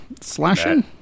slashing